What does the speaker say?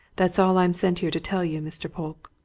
that's all i'm sent here to tell you, mr. polke.